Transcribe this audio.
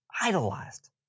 idolized